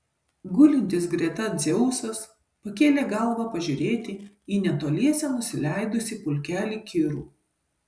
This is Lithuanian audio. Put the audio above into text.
gulintis greta dzeusas pakėlė galvą pažiūrėti į netoliese nusileidusį pulkelį kirų